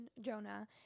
Jonah